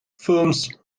films